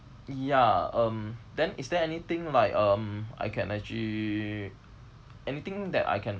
ya um then is there anything like um I can actually anything that I can